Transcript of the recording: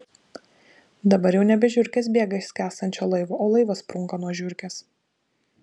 dabar jau nebe žiurkės bėga iš skęstančio laivo o laivas sprunka nuo žiurkės